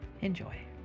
Enjoy